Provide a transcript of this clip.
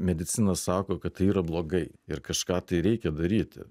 medicina sako kad tai yra blogai ir kažką tai reikia daryti